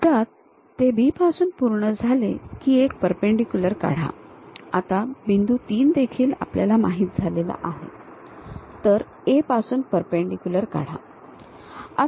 एकदा ते B पासून हे पूर्ण झाले की एक परपेंडीक्युलर काढा आता बिंदू 3 देखील आपल्याला माहित झालेला आहे तर A पासून एक परपेंडीक्युलर काढा